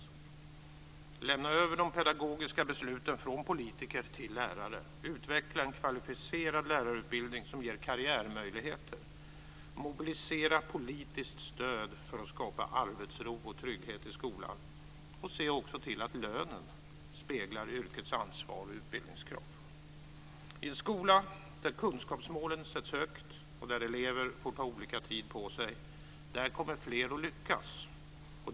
Det är dags att lämna över de pedagogiska besluten från politiker till lärare, utveckla en kvalificerad lärarutbildning som ger karriärmöjligheter, mobilisera politiskt stöd för att skapa arbetsro och trygghet i skolan och det är också dags att se till att lönen speglar yrkets ansvar och utbildningskrav. I en skola där kunskapsmålen sätts högt och där elever får ta olika tid på sig kommer fler att lyckas.